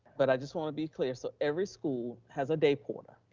but i just want to be clear. so every school has a day porter,